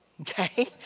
okay